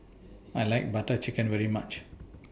I like Butter Chicken very much